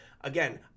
again